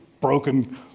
broken